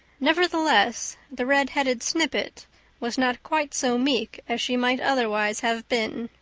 nevertheless, the redheaded snippet was not quite so meek as she might otherwise have been.